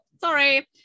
sorry